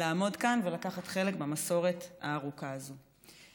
לעמוד כאן ולקחת חלק במסורת הארוכה הזאת.